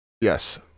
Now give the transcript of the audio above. Yes